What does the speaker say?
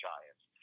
Giants